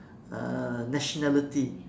uh nationality